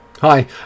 Hi